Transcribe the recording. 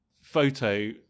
photo